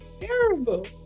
Terrible